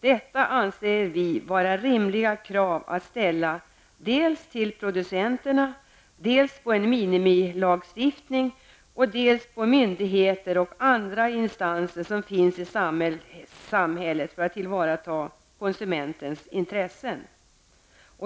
Detta anser vi vara rimliga krav att ställa dels på producenterna, dels på en minimilagstiftning, dels på myndigheter och andra instanser som finns i samhället för att tillvarata konsumentens intressen.